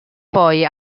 poi